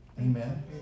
Amen